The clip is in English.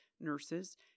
nurses